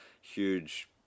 huge